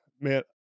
man